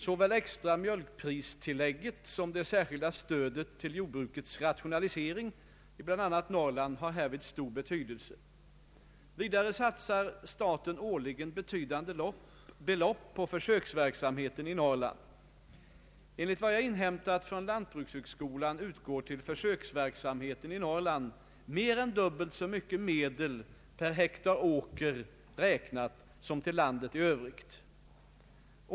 Såväl extra mjölkpristillägget som det särskilda stödet till jordbrukets rationalisering i bl.a. Norrland har härvid stor betydelse. Vidare satsar staten årligen betydande belopp på försöksverksamheten i Norrland. Enligt vad jag inhämtat från lantbrukshögskolan utgår till försöksverksamheten i Norrland mer än dubbelt så mycket medel per hektar åker räknat som till landet i övrigt.